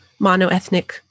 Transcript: monoethnic